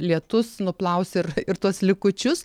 lietus nuplaus ir ir tuos likučius